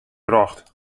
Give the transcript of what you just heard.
brocht